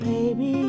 Baby